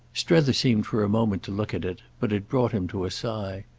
strether seemed for a moment to look at it but it brought him to a sigh.